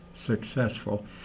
successful